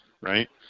right